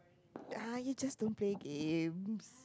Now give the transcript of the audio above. ah you just don't play games